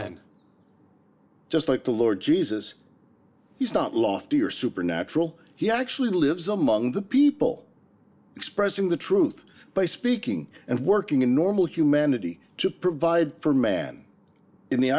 en just like the lord jesus he's not lofty or supernatural he actually lives among the people expressing the truth by speaking and working in normal humanity to provide for man in the